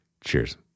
Cheers